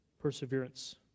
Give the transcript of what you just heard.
Perseverance